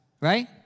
right